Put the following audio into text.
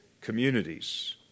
communities